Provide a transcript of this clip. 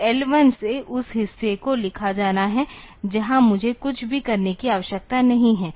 तो L1 से उस हिस्से को लिखा जाना है जहां मुझे कुछ भी करने की आवश्यकता नहीं है